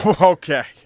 okay